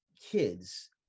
kids